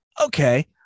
okay